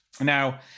Now